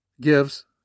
gives